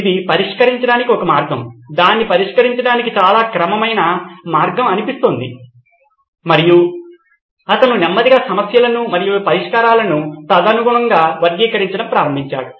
ఇది పరిష్కరించడానికి ఒక మార్గం దాన్ని పరిష్కరించడానికి చాలా క్రమమైన మార్గం అనిపిస్తుంది మరియు అతను నెమ్మదిగా సమస్యలను మరియు పరిష్కారాలను తదనుగుణంగా వర్గీకరించడం ప్రారంభించాడు